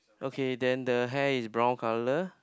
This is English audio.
okay then the hair is brown colour